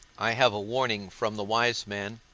i have a warning from the wise man,